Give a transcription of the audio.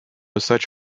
such